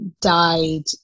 died